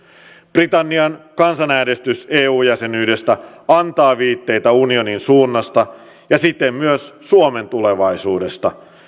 britannian kansanäänestys eu jäsenyydestä antaa viitteitä unionin suunnasta ja siten myös suomen tulevaisuudesta